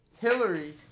Hillary